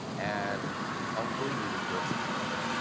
and uncle ludacris is there.